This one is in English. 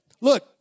Look